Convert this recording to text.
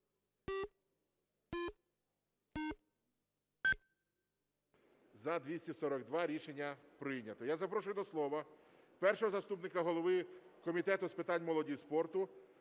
За-242 Рішення прийнято. Я запрошую до слово першого заступника голови Комітету з питань молоді і спорту